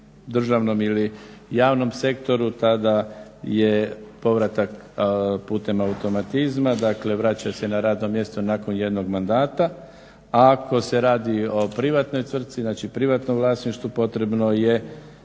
državnom ili javnom sektoru tada je povratak putem automatizma, dakle vraća se na radno mjesto nakon jednog mandata, a ako se radi o privatnoj tvrtci, znači privatnom vlasništvu potrebno je